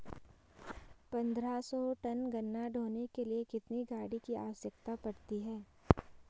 पन्द्रह सौ टन गन्ना ढोने के लिए कितनी गाड़ी की आवश्यकता पड़ती है?